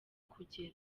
kugira